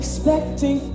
Expecting